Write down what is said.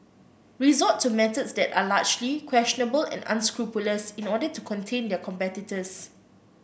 resort to methods that are largely questionable and unscrupulous in order to contain their competitors